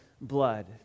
blood